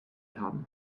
haben